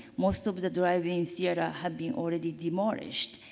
most of the drive-in theatre had been already demolished.